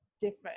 different